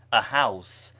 a house,